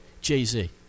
Jay-Z